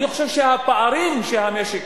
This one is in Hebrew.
אני חושב שהפערים שהמשק,